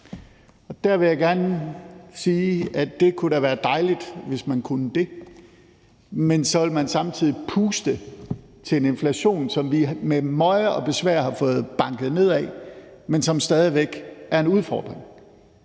og der vil jeg gerne sige, at det da kunne være dejligt, hvis man kunne det. Men så ville man samtidig puste til en inflation, som vi med møje og besvær har fået banket nedad, men som stadig væk er en udfordring.